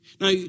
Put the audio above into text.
Now